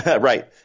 Right